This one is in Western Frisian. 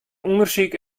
ûndersyk